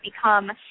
become